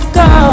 go